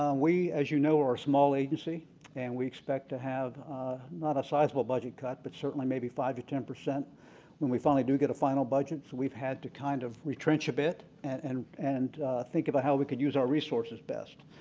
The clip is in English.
um we, as you know, are a small agency and we expect to have not a sizable budget cut, but certainly maybe five to ten percent when we finally do get a final budget, so we've had to kind of retrench a bit and and think about how we could use our resources best.